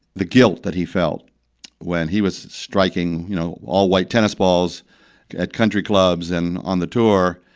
the guilt that he felt when he was striking, you know, all white tennis balls at country clubs and on the tour